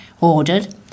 ordered